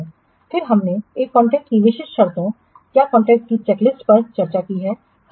फिर हमने एक कॉन्ट्रैक्ट की विशिष्ट शर्तों क्या कॉन्ट्रैक्ट की चेकलिस्ट पर चर्चा की है